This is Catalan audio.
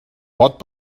pot